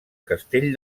castell